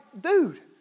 dude